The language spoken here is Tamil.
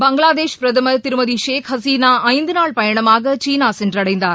பங்களாதேஷ் பிரதமர் திருமதி ஷேக் ஹஸீனா ஐந்து நாள் பயணமாக சீனா சென்றடைந்தார்